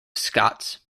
scotts